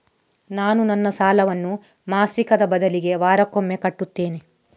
ನಾನು ನನ್ನ ಸಾಲವನ್ನು ಮಾಸಿಕದ ಬದಲಿಗೆ ವಾರಕ್ಕೊಮ್ಮೆ ಕಟ್ಟುತ್ತೇನೆ